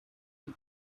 she